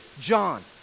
John